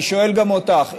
אני שואל גם אותך,